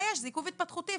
זה עיכוב התפתחותי.